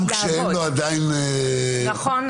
גם כשאין לו עדיין פוליסה?